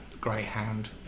greyhound